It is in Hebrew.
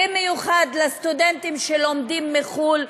במיוחד לסטודנטים שלומדים בחו"ל,